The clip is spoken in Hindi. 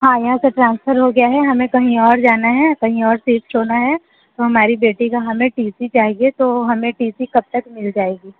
हाँ यहाँ से ट्रांसफ़र हो गया है हमें कहीं और जाना है कहीं और शिफ़्ट होना है तो हमारी बेटी का हमें टी सी चाहिए तो हमें टी सी कब तक मिल जाएगी